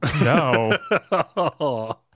no